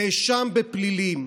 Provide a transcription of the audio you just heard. כי נאשם בפלילים,